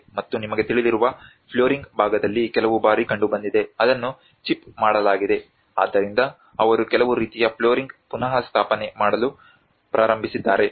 ಮತ್ತು ನಿಮಗೆ ತಿಳಿದಿರುವ ಫ್ಲೋರಿಂಗ್ ಭಾಗದಲ್ಲಿ ಕೆಲವು ಬಾರಿ ಕಂಡುಬಂದಿದೆ ಅದನ್ನು ಚಿಪ್ ಮಾಡಲಾಗಿದೆ ಆದ್ದರಿಂದ ಅವರು ಕೆಲವು ರೀತಿಯ ಫ್ಲೋರಿಂಗ್ ಪುನಃಸ್ಥಾಪನೆ ಮಾಡಲು ಪ್ರಾರಂಭಿಸಿದ್ದಾರೆ